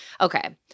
Okay